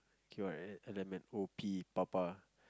Q R L M N O P papa